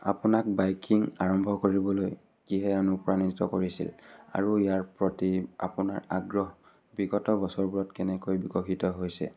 আপোনাক বাইকিং আৰম্ভ কৰিবলৈ কিহে অনুপ্ৰাণিত কৰিছিল আৰু ইয়াৰ প্ৰতি আপোনাৰ আগ্ৰহ বিগত বছৰবোৰত কেনেকৈ বিকশিত হৈছে